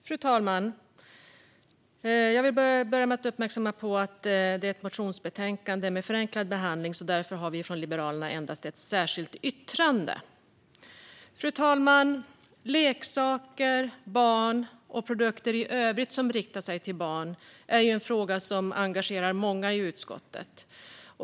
Fru talman! Jag vill börja med att uppmärksamma att detta är ett motionsbetänkande med förenklad behandling. Därför har vi från Liberalerna endast ett särskilt yttrande. Fru talman! Leksaker för barn och produkter i övrigt som riktar sig till barn är en fråga som engagerar många i utskottet.